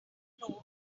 know